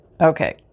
Okay